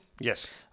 Yes